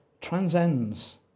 transcends